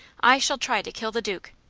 i shall try to kill the duke.